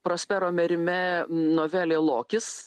prospero merimė novelė lokis